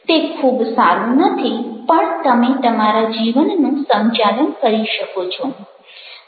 તે ખૂબ સારું નથી પણ તમે તમારા જીવનનું સંચાલન કરી શકો છો